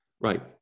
right